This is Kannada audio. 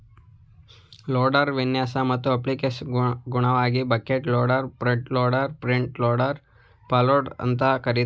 ಲೋಡರ್ ವಿನ್ಯಾಸ ಮತ್ತು ಅಪ್ಲಿಕೇಶನ್ಗನುಗುಣವಾಗಿ bucket loader front loader front end loader payloader ಅಂತ ಕರೀತಾರೆ